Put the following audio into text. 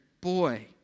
boy